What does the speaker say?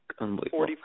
Unbelievable